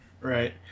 right